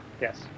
yes